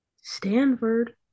Stanford